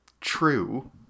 true